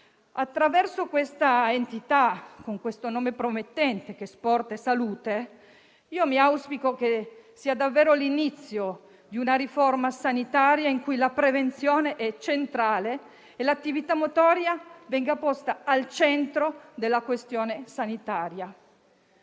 Attraverso questa azienda pubblica dal nome promettente come Sport e salute auspico prenda davvero inizio una riforma sanitaria in cui la prevenzione sia centrale e l'attività motoria venga posta al centro della questione sanitaria.